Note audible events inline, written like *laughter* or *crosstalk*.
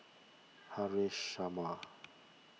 *noise* Haresh Sharma